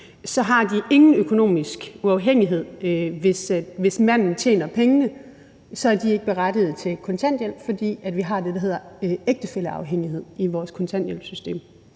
ingen økonomisk uafhængighed har. Hvis manden tjener pengene, er de ikke berettiget til kontanthjælp, fordi vi har det, der hedder ægtefælleafhængighed, i vores kontanthjælpssystem.